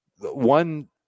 one